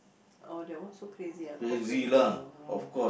oh that one so crazy ah call crazy orh